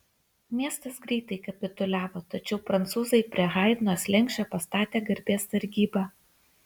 miestas greitai kapituliavo tačiau prancūzai prie haidno slenksčio pastatė garbės sargybą